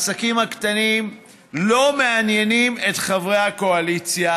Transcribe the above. העסקים הקטנים לא מעניינים את חברי הקואליציה,